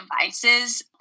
devices